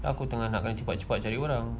aku tengah nak kena cepat-cepat cari orang